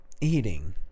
eating